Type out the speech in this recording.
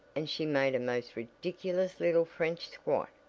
and she made a most ridiculous little french squat,